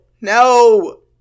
no